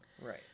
Right